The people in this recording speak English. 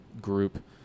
group